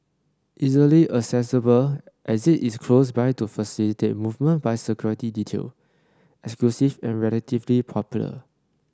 easily accessible exit is close by to facilitate movement by security detail exclusive and relatively popular